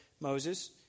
Moses